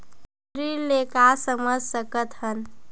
ऋण ले का समझ सकत हन?